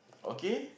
okay